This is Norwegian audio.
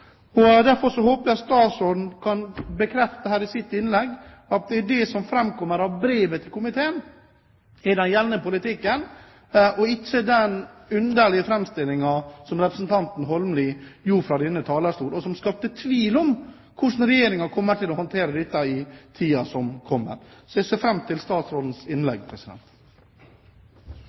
Derfor håper jeg statsråden kan bekrefte her i sitt innlegg at det er det som framkommer av brevet til komiteen, som er den gjeldende politikken, og ikke den underlige framstillingen som representanten Holmelid hadde fra denne talerstolen, som skaper tvil om hvordan Regjeringen kommer til å håndtere dette i tiden som kommer. Så jeg ser fram til statsrådens innlegg.